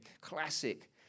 Classic